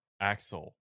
Axel